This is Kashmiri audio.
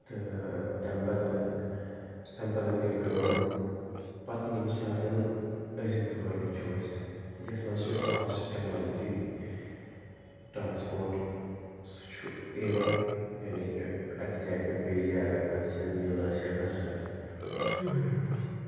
تہٕ تَمہِ پَتہٕ تَمہِ پَتہٕ گٔے کٲم پَتہٕ ییٚمہِ ساتہٕ أزیُک دور وٕچھو أسۍ یَتھ منٛز چھِ فاسٹ ٹٮ۪کنالجی ٹرٛانَسپوٹ سُہ چھُ یِوان یعنی کہِ اَکہِ جایہِ پٮ۪ٹھ بیٚیِس جایہِ اگر کانٛہہ چیٖز نیُن آسہِ یا گژھُن آسہِ سُہ چھُ واریاہ پَہَن